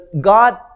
God